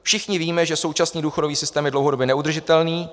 Všichni víme, že současný důchodový systém je dlouhodobě neudržitelný.